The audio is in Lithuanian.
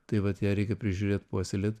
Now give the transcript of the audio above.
tai vat ją reikia prižiūrėt puoselėt